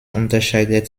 unterscheidet